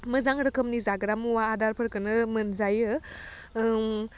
मोजां रोखोमनि जाग्रा मुवा आदारफोरखोनो मोनजायो ओं